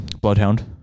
bloodhound